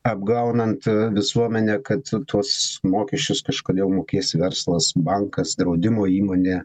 apgaunant visuomenę kad tuos mokesčius kažkodėl mokės verslas bankas draudimo įmonė